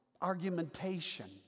argumentation